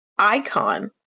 icon